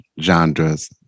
genres